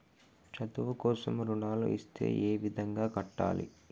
చదువు కోసం రుణాలు ఇస్తే ఏ విధంగా కట్టాలి?